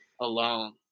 alone